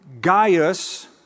Gaius